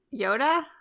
Yoda